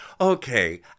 okay